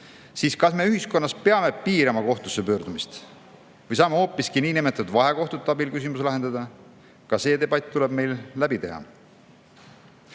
Aga kas me ühiskonnas peame piirama kohtusse pöördumist või saame hoopiski niinimetatud vahekohtute abil küsimusi lahendada? Ka see debatt tuleb meil läbi teha.